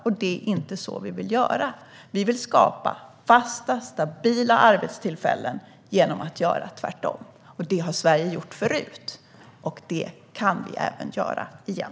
Det är inte så vi vill göra. Vi vill skapa fasta och stabila arbetstillfällen genom att göra tvärtom. Det har Sverige gjort förut, och det kan vi göra igen.